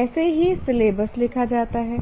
ऐसे ही सिलेबस लिखा जाता है